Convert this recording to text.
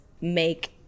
make